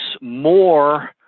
more